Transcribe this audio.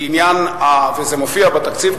וזה מופיע בתקציב,